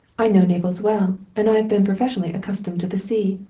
i know naples well and i have been professionally accustomed to the sea.